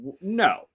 No